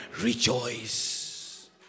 rejoice